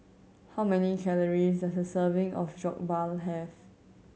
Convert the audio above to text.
how many calories does a serving of Jokbal have